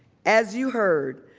as you heard,